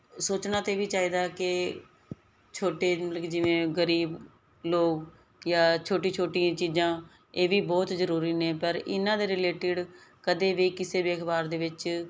ਸੋਚਣਾ ਤੇ ਵੀ ਚਾਹੀਦਾ ਕਿ ਛੋਟੇ ਮਤਲਵ ਕੀ ਜਿਵੇਂ ਗਰੀਬ ਲੋਕ ਜਾ ਛੋਟੀ ਛੋਟੀ ਚੀਜ਼ਾਂ ਇਹ ਵੀ ਬਹੁਤ ਜਰੂਰੀ ਨੇ ਪਰ ਇਹਨਾਂ ਦੇ ਰਿਲੇਟਿਡ ਕਦੇ ਵੀ ਕਿਸੇ ਵੀ ਅਖਬਾਰ ਦੇ ਵਿੱਚ